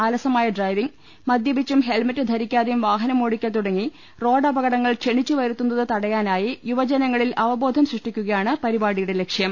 അലസ മായ ഡ്രൈവിംഗ് മദ്യപിച്ചും ഹെൽമറ്റ് ധരിക്കാതെയും വാഹനം ഓടിക്കൽ തുടങ്ങി റോഡപകടങ്ങൾ ക്ഷണി ച്ചു വരുത്തുന്നത് തടയാനായി യുവജനങ്ങളിൽ അബോധം സൃഷ്ടിക്കുകയാണ് പരിപാടിയുടെ ലക്ഷ്യം